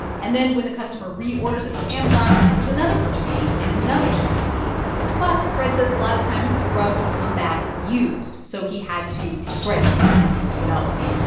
and then when the customer reorders it from amazon, there's another purchase fee and another shipping fee plus, fred says, a lot of times, the rugs would come back used, so he had to destroy them. he couldn't resell them.